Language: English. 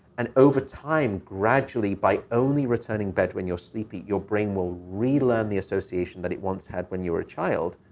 and over time, gradually, by only returning bed when you're sleepy, your brain will relearn the association that it once had when you're a child,